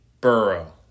Burrow